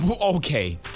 Okay